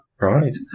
Right